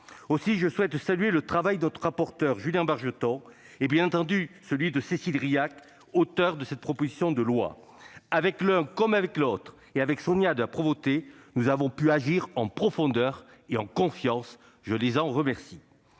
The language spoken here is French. Aussi, je souhaite saluer le travail de notre rapporteur Julien Bargeton ainsi que, bien entendu, celui de Cécile Rilhac, auteure de cette proposition de loi. Avec l'un comme avec l'autre, ainsi qu'avec Sonia de La Provôté, nous avons pu agir en profondeur- et en toute confiance. Je les en remercie.